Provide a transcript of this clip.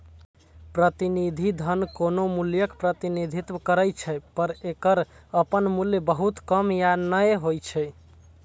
प्रतिनिधि धन कोनो मूल्यक प्रतिनिधित्व करै छै, पर एकर अपन मूल्य बहुत कम या नै होइ छै